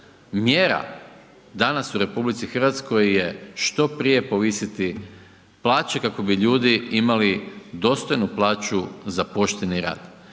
mjera danas u RH je što prije povisiti plaće kako bi ljudi imali dostojnu plaću za pošteni rad.